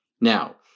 Now